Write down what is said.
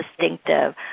distinctive